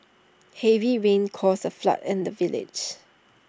heavy rains caused A flood in the village